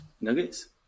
Nuggets